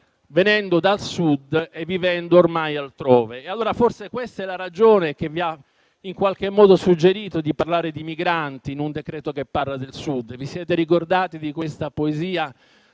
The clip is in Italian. venendo dal Sud e vivendo ormai altrove. Forse questa è la ragione che vi ha in qualche modo suggerito di parlare di migranti in un decreto che parla del Sud; vi siete ricordati di questa poesia